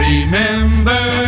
Remember